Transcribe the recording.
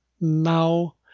now